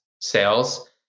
sales